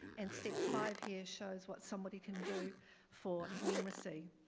and step five here shows what somebody can do for numeracy.